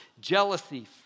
jealousy